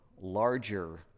larger